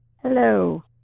Hello